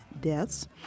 deaths